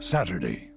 Saturday